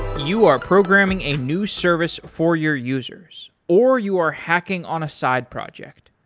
you are programming a new service for your users, or you are hacking on a side project.